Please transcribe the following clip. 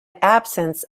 absence